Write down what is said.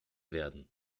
werden